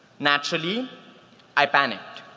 naturally i panicked,